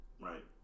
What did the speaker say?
Right